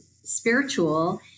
spiritual